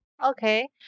Okay